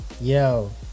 yo